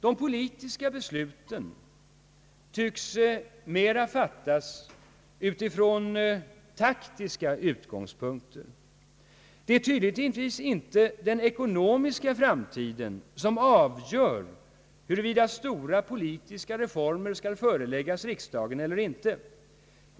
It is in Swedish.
De politiska besluten tycks mer fattas utifrån andra, mera taktiska utgångspunkter. Det är tydligen inte den ekonomiska framtiden som avgör huruvida stora politiska reformer skall föreläggas riksdagen eller inte.